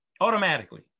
Automatically